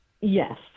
Yes